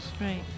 Right